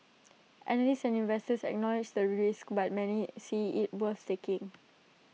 analysts and investors acknowledge the risk but many see IT worth taking